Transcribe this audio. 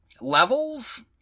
levels